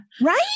Right